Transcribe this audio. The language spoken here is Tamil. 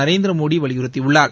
நரேந்திரமோடி வலியுறுத்தியுள்ளார்